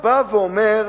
ואומר,